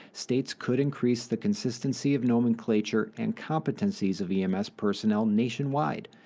states could increase the consistency of nomenclature and competencies of ems personnel nationwide,